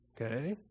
Okay